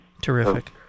Terrific